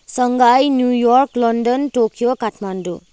Shanghai New York London Tokyo Kathmandu